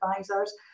advisors